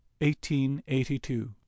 1882